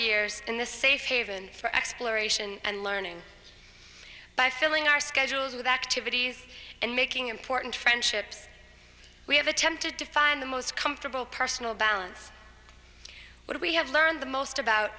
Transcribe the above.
years in this safe haven for exploration and learning by filling our schedules with activities and making important friendships we have attempted to find the most comfortable personal balance what we have learned the most about